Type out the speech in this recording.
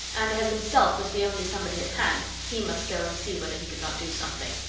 and as himself was the only somebody at hand, he must go and see whether he could not do something.